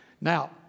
Now